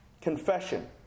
Confession